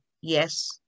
yes